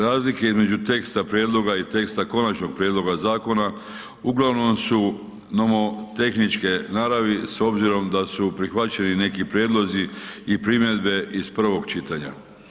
Razlike između teksta prijedloga i teksta konačnog prijedloga zakona uglavnom su nomotehničke naravi s obzirom da su prihvaćeni neki prijedlozi i primjedbe iz prvog čitanja.